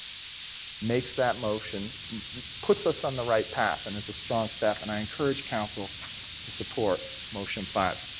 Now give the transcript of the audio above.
makes that motion puts us on the right path and is a strong step and i encourage council to support motion five.